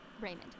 Raymond